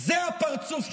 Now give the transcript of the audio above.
זה הפרצוף שלכם.